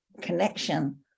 connection